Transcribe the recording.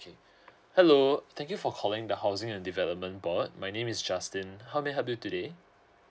hello thank you for calling the housing and development board my name is justin how may I help you today